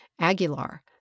Aguilar